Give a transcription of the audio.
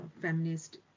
feminist